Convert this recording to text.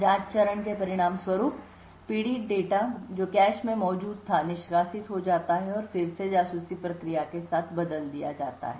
जांच चरण के परिणामस्वरूप पीड़ित डेटा जो कैश में मौजूद था निष्कासित हो जाता है और फिर से जासूसी प्रक्रिया के साथ बदल दिया जाता है